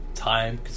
Time